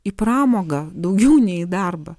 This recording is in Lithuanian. į pramogą daugiau nei į darbą